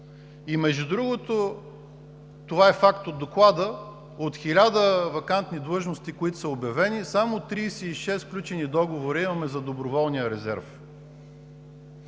Между другото, това е факт от Доклада – от хиляда вакантни длъжности, които са обявени, имаме само 36 сключени договора за доброволния резерв.